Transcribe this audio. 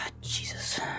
Jesus